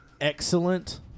excellent